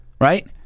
right